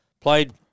Played